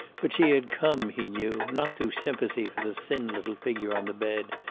but she had come, he knew, not through sympathy for the thin little figure on the bed,